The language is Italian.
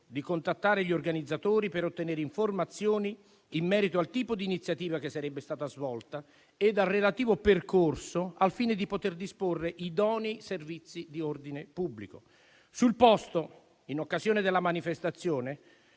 di contattare gli organizzatori per ottenere informazioni in merito al tipo di iniziativa che sarebbe stata svolta e al relativo percorso, al fine di poter disporre idonei servizi di ordine pubblico. Sul posto, in occasione della manifestazione,